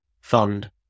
fund